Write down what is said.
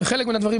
חלק מן הדברים,